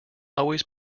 always